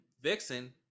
Vixen